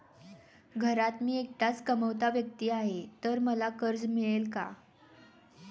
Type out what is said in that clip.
घरात मी एकटाच कमावता व्यक्ती आहे तर मला कर्ज मिळेल का?